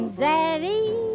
Daddy